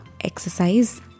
exercise